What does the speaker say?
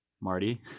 Marty